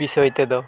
ᱵᱤᱥᱚᱭ ᱛᱮᱫᱚ